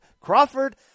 Crawford